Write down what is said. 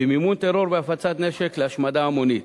במימון טרור ובהפצת נשק להשמדה המונית.